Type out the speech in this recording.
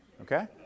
Okay